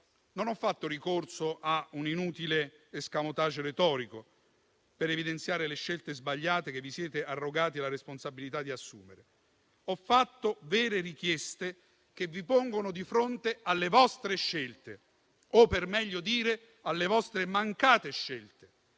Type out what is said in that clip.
non ho fatto ricorso a un inutile *escamotage* retorico per evidenziare le scelte sbagliate che vi siete arrogati la responsabilità di assumere. Ho fatto vere richieste, che vi pongono di fronte alle vostre scelte o, per meglio dire, alle vostre mancate scelte.